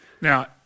Now